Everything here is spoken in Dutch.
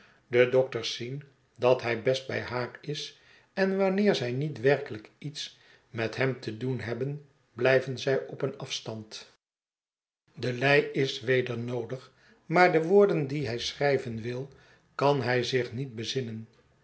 de dokters zien dat hij best bij haar is en wanneer zij niet werkelijk iets met hem te doen hebben blijven zij op een afstand de lei is weder noodig maar de woorden die hij schrijven wil kan hij zich niet bezinnen